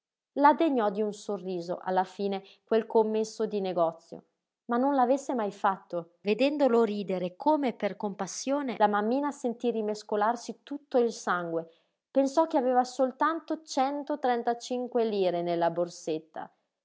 degnò di un sorriso alla fine quel commesso di negozio ma non l'avesse mai fatto vedendolo ridere come per compassione la mammina sentí rimescolarsi tutto il sangue pensò che aveva soltanto centotrentacinque lire nella borsetta